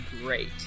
great